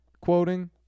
quoting